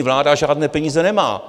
Vláda žádné peníze nemá.